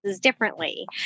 differently